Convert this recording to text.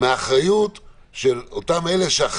מה הממוצע של בקשות הומניטאריות של כאלה שהם אינם